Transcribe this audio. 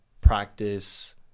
practice